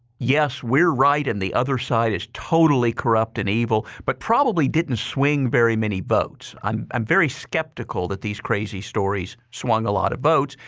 yes, we're right and the other side is totally corrupt and evil, but probably didn't swing very many votes. i'm i'm very skeptical that these crazy stories swung a lot of votes.